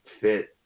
fit